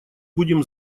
будем